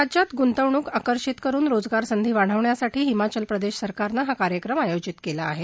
राज्यात गुंतवणूक आकर्षित करुन रोजगार संधी वाढवण्यासाठी हिमाचल प्रदेश सरकारनं हा कार्यक्रम आयोजित केला आहे